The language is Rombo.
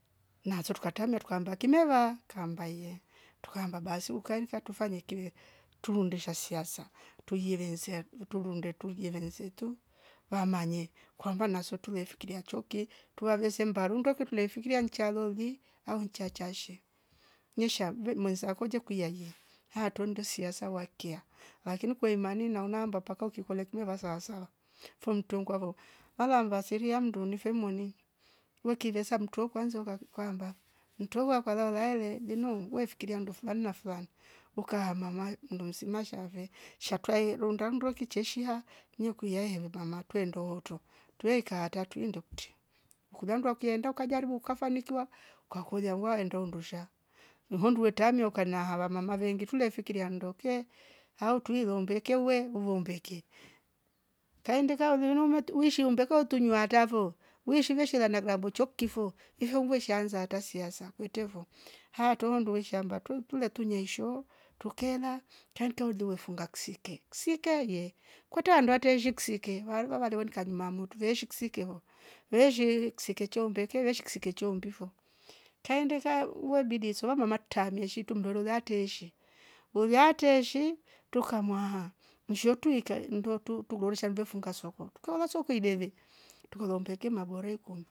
Nasu tukatamia tukaanda kinova kambaye tukamba basi ukaiika tufanye kiwe turundusha siasa tuieleze ak turunde tu tuyevereze tu vamanye kwamba naso tule fkiria choke tuwave sembaru rundoke tunaifikiria nchaloli au nchachashe nisham ve mwenzako tekuya ye hato ndo siasa wakiya lakini kwa imani naona ambaka ukikole kini vasasa funtungu ngwavo wala mvaseria mndu nifwe moni ukire sa mtu we kwanza ukaku kamba mtwova kala ulale jenua we mfikiria nduf fumale na furaha ukama mama mndosina shave shatwae undunda ndwe kicheshia nyukwia ahe mama twendo ndohoto twekata twindokute kulanduwa ki enda ukajaribu ukafanikiwa ukakoja waenda undusha uvandu wetamia ukanahawa mama vengi itule fikiria ndoke au twilombekewe uvombeke. Kaindika ulonoam matuishi umbeka utunywa tavo weishi veshela le naruwa mbucho kifo ivomvo sheeanza ata siasa kwetevo aya tuwa nduwi shamba tuwa tula tunyeisho tukela kankala liwefunga ksike, ksike ye kwata handate zikshike wa- walewonka kanu matuve kshike wo weishehe ksike chohombeke veshki kisicho mbifo kaindika uwabidie swola mamatamie shitu mndwera tesha wola teshi tuka mwaha mshwotu ika ndotu tugorsosha mve funga swakwa tukalo sokwoideve tukorombeke maboreko ikum